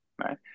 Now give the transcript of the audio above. right